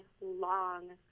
long